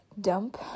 dump